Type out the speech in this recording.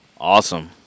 Awesome